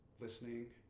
listening